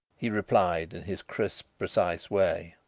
he replied, in his crisp, precise way.